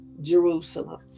Jerusalem